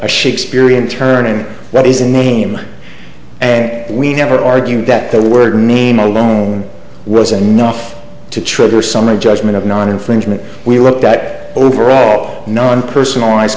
a shakespearean turning that is a name we never argued that the word name alone was enough to trigger a summary judgment of non infringement we looked at overall non personal